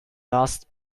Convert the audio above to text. last